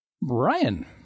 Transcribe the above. Brian